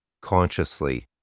consciously